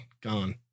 gone